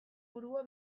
burua